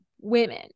women